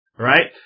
right